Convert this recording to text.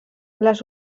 les